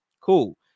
Cool